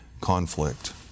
conflict